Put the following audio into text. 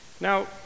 Now